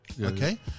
Okay